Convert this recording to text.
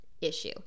issue